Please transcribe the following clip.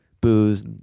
booze